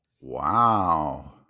wow